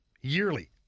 yearly